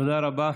תודה רבה.